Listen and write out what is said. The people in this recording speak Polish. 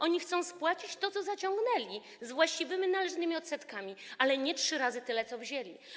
Oni chcą spłacić to, co zaciągnęli, z właściwymi należnymi odsetkami, ale nie trzy razy tyle, co wzięli.